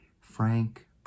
Frank